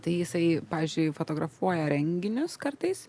tai jisai pavyzdžiui fotografuoja renginius kartais